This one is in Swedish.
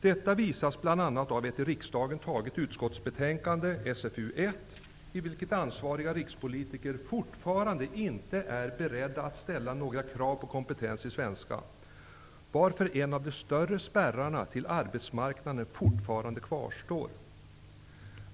Detta visas bl.a. SfU1, i vilket ansvariga rikspolitiker fortfarande inte är beredda att ställa några krav på kompetens i svenska, varför en av de större spärrarna till arbetsmarknaden fortfarande kvarstår.